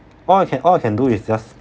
all I can all I can do is just